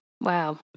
wow